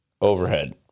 overhead